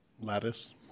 Lattice